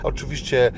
Oczywiście